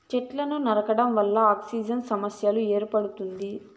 సెట్లను నరకడం వల్ల ఆక్సిజన్ సమస్య ఏర్పడుతుంది